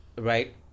right